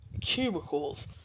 cubicles